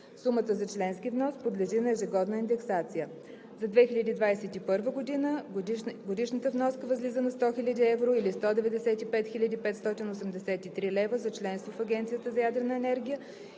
Сумата за членски внос подлежи на ежегодна индексация. За 2021 г. годишната вноска възлиза на 100 хил. евро или 195 хил. 583 лв. за членство в Агенцията за ядрена енергия